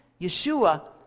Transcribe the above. Yeshua